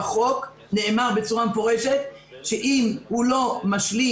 בחוק נאמר בצורה מפורשת שאם הוא לא משלים